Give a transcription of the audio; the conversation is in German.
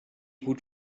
gut